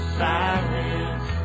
silence